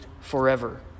forever